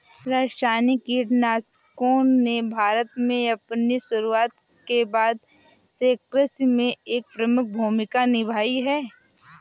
रासायनिक कीटनाशकों ने भारत में अपनी शुरूआत के बाद से कृषि में एक प्रमुख भूमिका निभाई है